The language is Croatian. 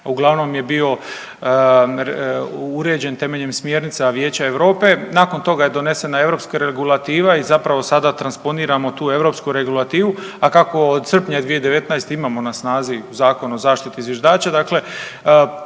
uglavnom je bio uređen temeljem smjernica Vijeća Europe, nakon toga je donesena europska regulativa i zapravo sada transponiramo tu europsku regulativu. A kako od srpnja 2019. imamo na snazi Zakon o zaštiti zviždača